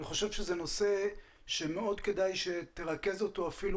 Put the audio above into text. אני חושב שזה נושא שמאוד כדאי שתרכז אותו אפילו